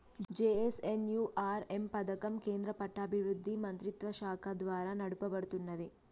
JNNURM పథకం కేంద్ర పట్టణాభివృద్ధి మంత్రిత్వశాఖ ద్వారా నడపబడుతున్నది